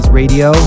radio